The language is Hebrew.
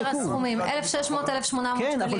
כן,